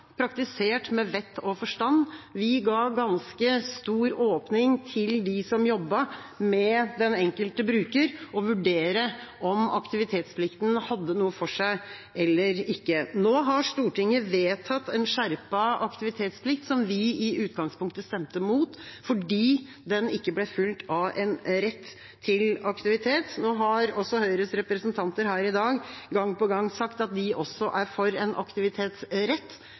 praktisert med vett og forstand. Vi ga dem som jobbet med den enkelte bruker, ganske stort rom til å vurdere om aktivitetsplikten hadde noe for seg eller ikke. Nå har Stortinget vedtatt en skjerpet aktivitetsplikt, som vi i utgangspunktet stemte imot fordi den ikke ble fulgt av en rett til aktivitet. Nå har også Høyres representanter her i dag gang på gang sagt at de også er for en aktivitetsrett,